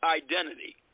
identity